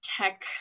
tech